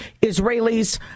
Israelis